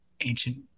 ancient